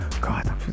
God